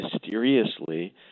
mysteriously